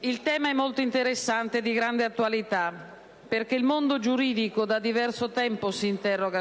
Il tema è molto interessante e di grande attualità, perché il mondo giuridico si interroga da diverso tempo